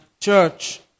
church